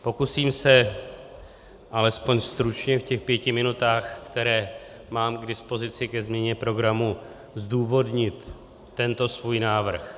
Pokusím se alespoň stručně v těch pěti minutách, které mám k dispozici ke změně programu, zdůvodnit tento svůj návrh.